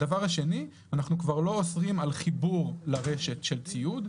הדבר השני - אנחנו כבר לא אוסרים על חיבור לרשת של ציוד.